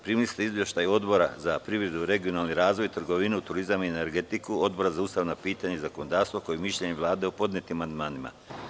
Primili ste izveštaje Odbora za privredu, regionalni razvoj, trgovinu, turizam i energetiku, Odbora za ustavna pitanja i zakonodavstvo, kao i mišljenje Vlade o podnetim amandmanima.